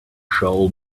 shall